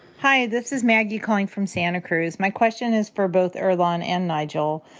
hi, this is maggie calling from santa cruz. my question is for both earlonne and nigel.